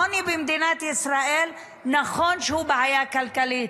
העוני במדינת ישראל, נכון שהוא בעיה כלכלית,